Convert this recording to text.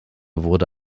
wurde